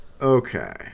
Okay